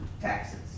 taxes